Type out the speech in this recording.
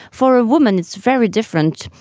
for a woman it's very different.